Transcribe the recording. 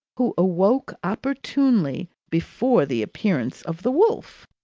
who awoke opportunely before the appearance of the wolf.